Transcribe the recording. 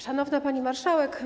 Szanowna Pani Marszałek!